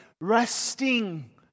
resting